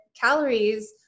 calories